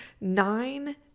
nine